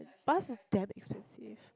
bus is damn expensive